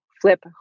flip